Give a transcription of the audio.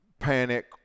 panic